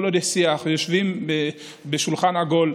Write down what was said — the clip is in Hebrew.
כל עוד יש שיח ויושבים בשולחן עגול,